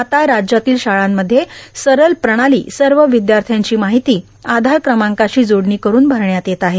आता राज्यातील शाळांमध्ये सरल प्रणालां सव विदयाथ्याची मार्गाहती आधार क्रमांकाशी जोडणी करुन भरण्यात येत आहे